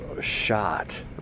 shot